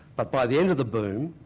but by the end of the boom,